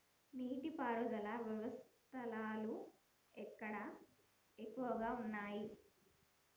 నీటి పారుదల వ్యవస్థలు ఎక్కడ ఎక్కువగా ఉన్నాయి?